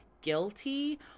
guilty